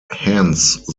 hence